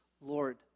Lord